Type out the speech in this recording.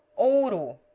o